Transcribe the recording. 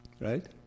Right